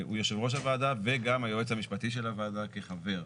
יושב ראש הוועדה וגם היועץ המשפטי של הוועדה כחבר.